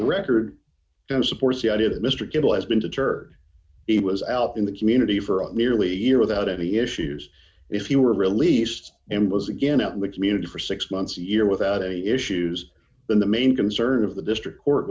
record supports the idea that mr gill has been deterred he was out in the community for up nearly a year without any issues if he were released and was again out in the community for six months a year without any issues when the main concern of the district court